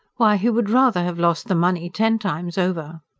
why, he would rather have lost the money ten times over!